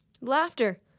Laughter